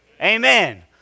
Amen